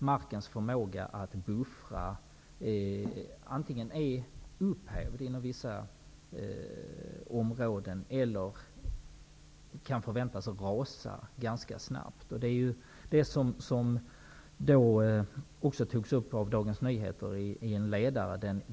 Markens förmåga att buffra är antingen upphävd, inom vissa områden, eller kan förväntas rasa ganska snabbt. Det togs också upp i en ledare i Dagens Nyheter den 11 januari.